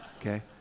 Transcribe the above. Okay